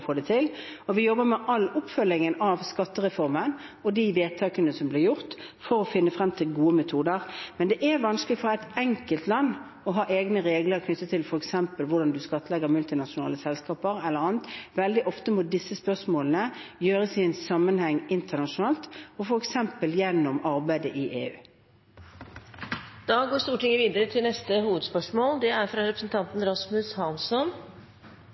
få det til – og vi jobber med all oppfølgingen av skattereformen og de vedtakene som blir gjort for å finne frem til gode metoder. Men det er vanskelig for et enkeltland å ha egne regler knyttet til f.eks. hvordan man skattlegger multinasjonale selskaper e.l. Veldig ofte må det som gjelder disse spørsmålene, gjøres i en sammenheng internasjonalt, f.eks. gjennom arbeidet i EU. Vi går videre til neste hovedspørsmål. Det